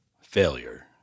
failure